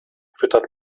füttert